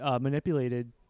manipulated